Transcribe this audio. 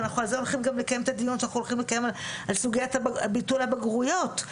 ואנחנו הולכים לקיים את הדיון על סוגיית ביטול הבגרויות.